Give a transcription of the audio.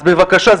אז בבקשה,